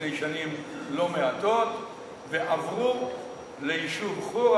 לפני שנים לא מעטות ועברו ליישוב חורה,